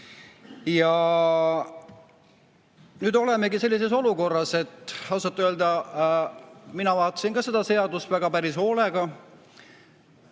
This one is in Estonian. Ja nüüd olemegi sellises olukorras, et ausalt öelda mina vaatasin ka seda seadust päris hoolega.